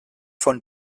von